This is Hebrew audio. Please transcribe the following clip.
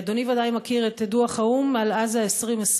אדוני ודאי מכיר את דוח האו"ם על עזה 2020,